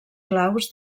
claus